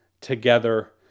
together